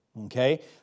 Okay